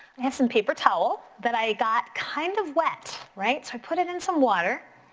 i have some paper towel that i got kind of wet, right? so i put it in some water,